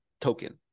token